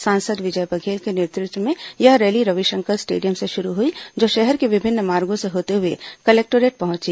सांसद विजय बघेल के नेतृत्व में यह रैली रविशंकर स्टेडियम से शुरू हुई जो शहर के विभिन्न मार्गों से होते हुए कलेक्टोरेट पहुंची